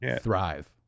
thrive